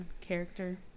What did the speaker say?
character